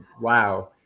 wow